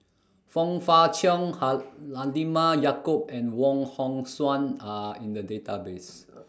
Fong Fah Cheong Halalimah Yacob and Wong Hong Suen Are in The Database